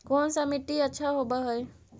कोन सा मिट्टी अच्छा होबहय?